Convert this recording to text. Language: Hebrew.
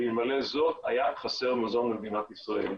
ואלמלא זאת היה חסר מזון למדינת ישראל.